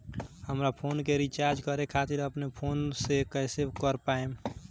हमार फोन के रीचार्ज करे खातिर अपने फोन से कैसे कर पाएम?